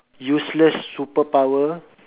useless superpower